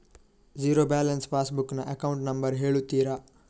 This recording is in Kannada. ಝೀರೋ ಬ್ಯಾಲೆನ್ಸ್ ಪಾಸ್ ಬುಕ್ ನ ಅಕೌಂಟ್ ನಂಬರ್ ಹೇಳುತ್ತೀರಾ?